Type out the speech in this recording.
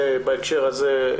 בהקשר הזה,